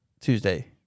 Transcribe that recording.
Tuesday